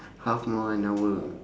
half more an hour